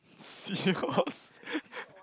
seahorse